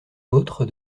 l’autre